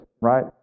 right